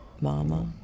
mama